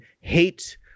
hate